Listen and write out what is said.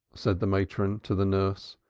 said the matron, to the nurse,